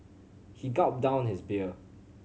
he gulped down his beer